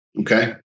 okay